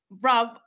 Rob